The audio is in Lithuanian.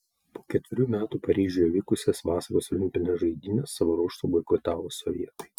po ketverių metų paryžiuje vykusias vasaros olimpines žaidynes savo ruožtu boikotavo sovietai